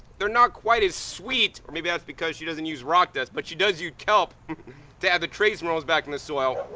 they're not quite as sweet or maybe that's because she doesn't use rock dust, but she does kelp to add the trace minerals back in the soil.